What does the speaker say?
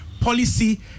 policy